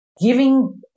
giving